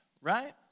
right